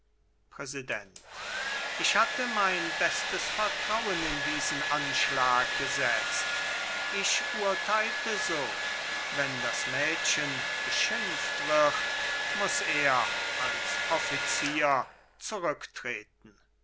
präsident ich hatte mein bestes vertrauen in diesen anschlag gesetzt ich urtheilte so wenn das mädchen beschimpft wird muß er als officier zurücktreten